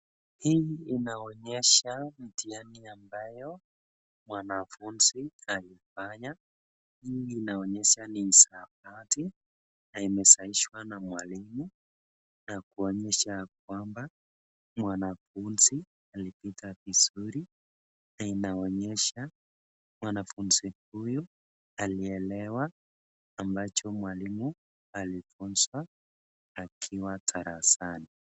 Hii inaonyesha mtihani ambayo mwanafunzi alifanya, hii inaonyesha ni hesbati na imesahihishwa na mwalimu na kuonyesha ya kwamba mwanafunzi alipita vizuri na inaonyesha mwanafunzi huyu alielewa ambacho mwalimu alifunza akiwa darasani.